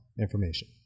information